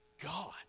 God